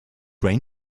rain